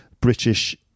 British